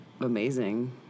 amazing